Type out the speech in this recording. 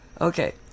Okay